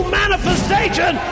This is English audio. manifestation